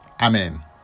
Amen